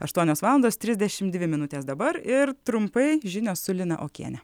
aštuonios valandos trisdešimt dvi minutės dabar ir trumpai žinios su lina okiene